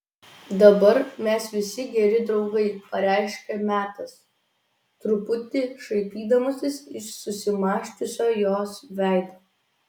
dabar mes visi geri draugai pareiškė metas truputį šaipydamasis iš susimąsčiusio jos veido